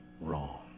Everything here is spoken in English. wrong